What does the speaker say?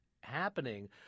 happening